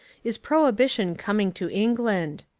is prohibition coming to england?